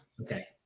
Okay